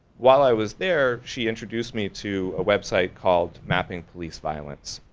while i was there, she introduced me to a website called mapping police violence.